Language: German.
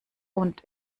und